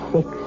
Six